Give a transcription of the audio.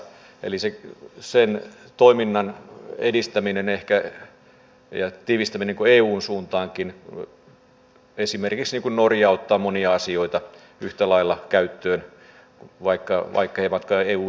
eli sen toiminnan edistäminen ja tiivistäminen ehkä eunkin suuntaan on tärkeää niin kuin esimerkiksi norja ottaa monia asioita yhtä lailla käyttöön vaikkei eun jäsen ole